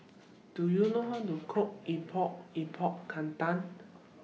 Do YOU know How to Cook Epok Epok Kentang